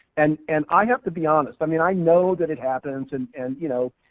and and i have to be honest, i mean i know that it happens and and, you know,